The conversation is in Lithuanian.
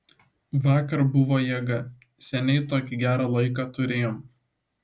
vakar buvo jėga seniai tokį gerą laiką turėjom